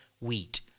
wheat